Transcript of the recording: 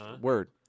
Word